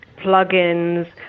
plugins